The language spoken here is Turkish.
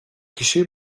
kişi